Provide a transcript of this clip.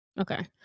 Okay